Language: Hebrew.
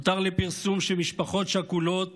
הותר לפרסום שמשפחות שכולות